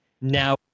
now